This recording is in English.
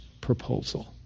proposal